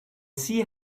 see